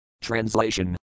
Translation